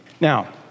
Now